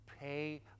pay